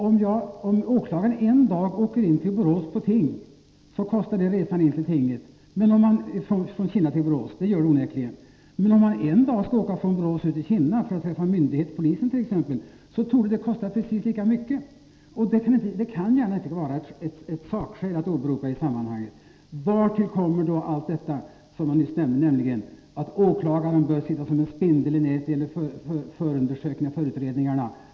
Om åklagaren en dag åker in till Borås från Kinna på ting drar den resan en viss kostnad, och att resa en dag från Borås till Kinna för att överlägga medt.ex. en polismyndighet torde kosta precis lika mycket. Detta kan inte gärna vara ett sakskäl att åberopa i det här sammanhanget. Därtill kommer det som jag nyss nämnde, nämligen att åklagaren bör sitta som en spindel i nätet vid förutredningarna.